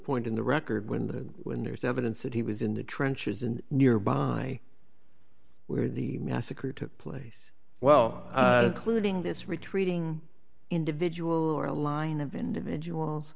point in the record when the when there's evidence that he was in the trenches and nearby where the massacre took place well clued in this retreating individual or a line of individuals